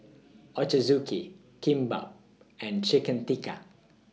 Ochazuke Kimbap and Chicken Tikka